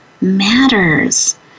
matters